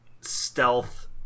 stealth